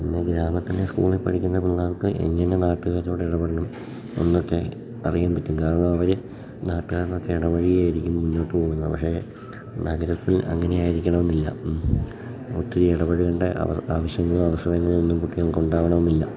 പിന്നെ ഗ്രാമത്തിലെ സ്കൂളിൽ പഠിക്കുന്ന പിള്ളേർക്ക് എങ്ങനെ നാട്ടുകാരോട് ഇടപെടണം എന്നൊക്കെ അറിയാൻ പറ്റും കാരണം അവർ നാട്ടുകാരോടൊക്കെ ഇടപഴകിയായിരിക്കും മുന്നോട്ട് പോകുന്നത് പക്ഷേ നഗരത്തിൽ അങ്ങനെ ആയിരിക്കണം എന്നില്ല ഒത്തിരി ഇടപഴുകേണ്ട ആവശ്യങ്ങളും അവസരങ്ങൾ ഒന്നും കുട്ടികൾക്ക് ഉണ്ടാകണം എന്ന് ഇല്ല